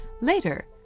Later